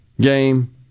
game